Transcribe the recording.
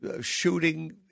shooting